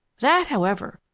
that, however,